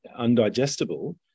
undigestible